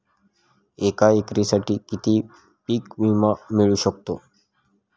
एका एकरसाठी किती पीक विमा मिळू शकतो?